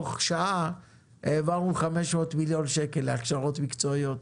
שבתוך שעה העברנו 500 מיליון שקל להכשרות מקצועיות.